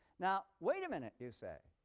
now wait a minute, you say.